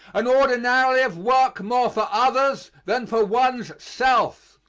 and ordinarily of work more for others than for one's self.